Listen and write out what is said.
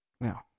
Now